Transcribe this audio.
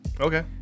Okay